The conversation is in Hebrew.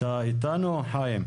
אתה איתנו חיים?